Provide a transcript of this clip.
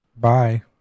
Bye